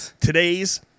Today's